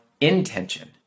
intention